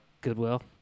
Goodwill